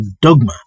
dogma